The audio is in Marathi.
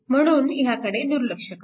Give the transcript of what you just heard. म्हणून ह्याकडे दुर्लक्ष करा